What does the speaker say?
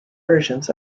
versions